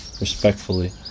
Respectfully